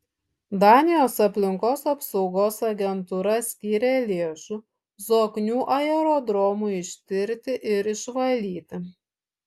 danijos aplinkos apsaugos agentūra skyrė lėšų zoknių aerodromui ištirti ir išvalyti